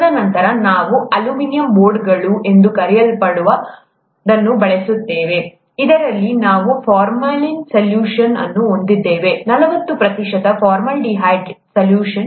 ತದನಂತರ ನಾವು ಅಲ್ಯೂಮಿನಿಯಂ ಬೋರ್ಡ್ಗಳು ಎಂದು ಕರೆಯಲ್ಪಡುವದನ್ನು ಬಳಸುತ್ತೇವೆ ಇದರಲ್ಲಿ ನಾವು ಈ ಫಾರ್ಮಾಲಿನ್ ಸಲ್ಯೂಷನ್ ಅನ್ನು ಹೊಂದಿದ್ದೇವೆ ನಲವತ್ತು ಪ್ರತಿಶತ ಫಾರ್ಮಾಲ್ಡಿಹೈಡ್ ಸಲ್ಯೂಷನ್